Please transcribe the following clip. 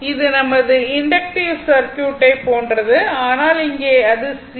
இது நமது இண்டக்ட்டிவ் சர்க்யூட்டை போன்றது ஆனால் இங்கே அது C